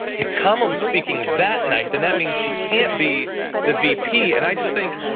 if kamala is speaking that night then that means she can't be the vp. and i just think,